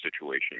situation